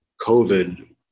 COVID